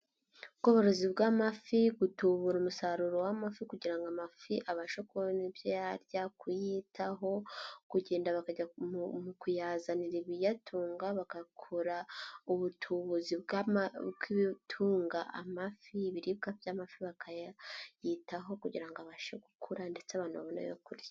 Ubworozi bw'amafi gutubura umusaruro w'amafi kugira ngo amafi abashe kubona ibyo yajya kuyitaho kugenda bakajya mu kuyazanira ibiyatunga bagakura ubutubuzi bw'ibitunga amafi ibibiribwa by'amafi bakayayitaho kugira abashe gukura ndetse abantu babonayo kurya.